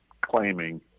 claiming